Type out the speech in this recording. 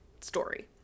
story